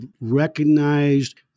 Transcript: recognized